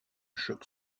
choc